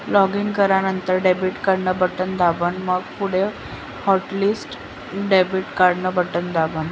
login करानंतर debit card न button दाबान, मंग पुढे हॉटलिस्ट डेबिट कार्डन बटन दाबान